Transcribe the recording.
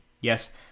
Yes